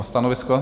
Stanovisko?